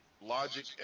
logic